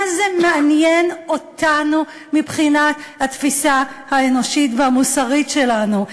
מה זה מעניין אותנו מבחינת התפיסה האנושית והמוסרית שלנו?